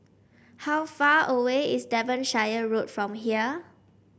how far away is Devonshire Road from here